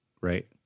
right